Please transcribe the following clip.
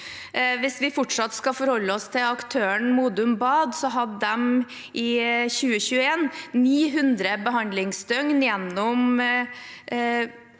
Hvis vi fortsatt skal forholde oss til aktøren Modum bad: De hadde i 2021 900 behandlingsdøgn gjennom